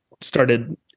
started